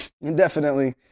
indefinitely